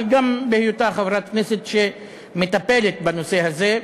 אבל גם בהיותה חברת כנסת שמטפלת בנושא הזה.